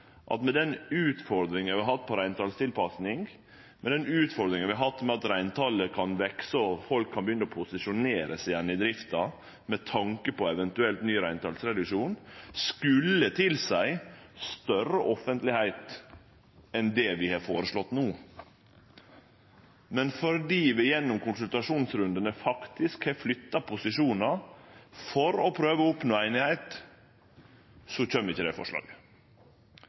at den utfordringa vi har hatt med reintalstilpassing, den utfordringa vi har hatt med at reintalet kan vekse, og at folk kan begynne å posisjonere seg igjen i drifta, med tanke på eventuelt ny reintalsreduksjon, skulle tilseie større offentlegheit enn det vi har føreslått no. Men fordi vi gjennom konsultasjonsrundane faktisk har flytta posisjonar for å prøve å oppnå einigheit, kjem ikkje det forslaget.